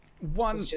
One